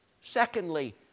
secondly